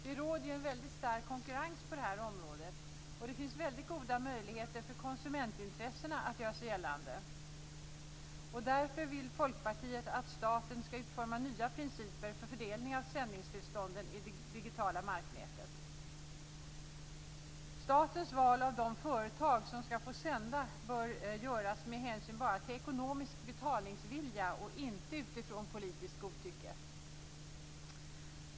Det råder ju en väldigt stark konkurrens på det här området. Det finns goda möjligheter för konsumentintressen att göra sig gällande. Därför vill Folkpartiet att staten skall utforma nya principer för fördelning av sändningstillstånd i det digitala marknätet. Statens val av de företag som skall få sända bör göras med hänsyn bara till ekonomisk betalningsvilja och inte utifrån politiskt godtycke.